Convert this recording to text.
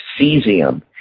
cesium